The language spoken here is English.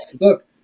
look